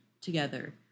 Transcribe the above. together